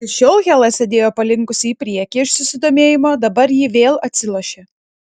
iki šiol hela sėdėjo palinkusi į priekį iš susidomėjimo dabar ji vėl atsilošė